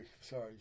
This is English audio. sorry